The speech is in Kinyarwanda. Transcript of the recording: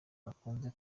bakunze